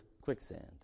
quicksand